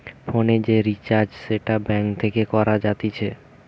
ফোনের যে রিচার্জ সেটা ব্যাঙ্ক থেকে করা যাতিছে